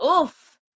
Oof